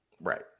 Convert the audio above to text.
Right